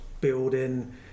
building